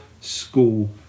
school